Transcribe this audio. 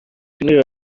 تونی